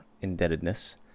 indebtedness